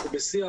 אנחנו בשיח